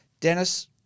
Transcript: Dennis